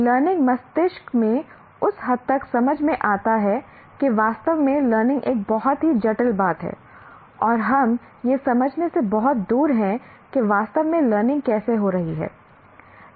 learning मस्तिष्क में उस हद तक समझ में आता है कि वास्तव में लर्निंग एक बहुत ही जटिल बात है और हम यह समझने से बहुत दूर हैं कि वास्तव में लर्निंग कैसे हो रही है